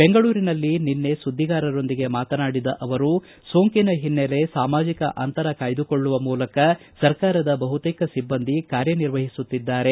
ಬೆಂಗಳೂರಿನಲ್ಲಿ ನಿನ್ನೆ ಸುದ್ದಿಗಾರರೊಂದಿಗೆ ಮಾತನಾಡಿದ ಅವರು ಸೋಂಕಿನ ಹಿನ್ನೆಲೆ ಸಾಮಾಜಿಕ ಅಂತರ ಕಾಯ್ದುಕೊಳ್ಳುವ ಮೂಲಕ ಸರ್ಕಾರದ ಬಹುತೇಕ ಸಿಬ್ಬಂದಿ ಕಾರ್ಯನಿರ್ವಹಿಸುತ್ತಿದ್ದಾರೆ